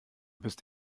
bist